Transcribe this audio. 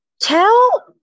tell